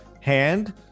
hand